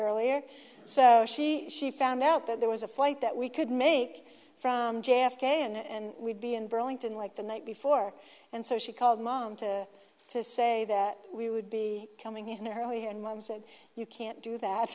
earlier so she she found out that there was a flight that we could make from j f k and we'd be in burlington like the night before and so she called mom to to say that we would be coming in early and mum said you can't do that